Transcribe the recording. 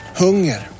hunger